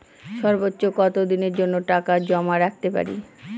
সর্বোচ্চ কত দিনের জন্য টাকা জমা রাখতে পারি?